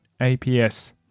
APS